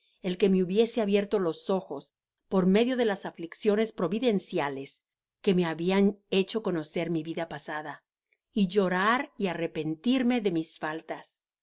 el que me hubiese abierto los ojos por medio de las aflicciones providenciales que me habian hecho conocer mi vida pasada y llorar y arrepentirme de mis faltas